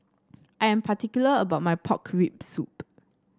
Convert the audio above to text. I am particular about my Pork Rib Soup